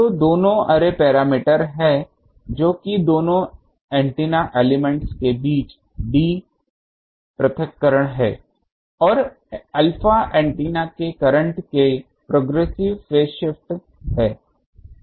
तो दोनों array parameter हैं जो कि दो एंटीना एलिमेंट के बीच d पृथक्करण है और अल्फा एंटीना के करंट के प्रोग्रेसिव फेज शिफ्ट है